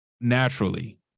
naturally